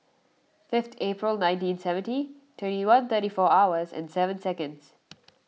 fifth April nineteen seventy twenty one thirty four hours and seven seconds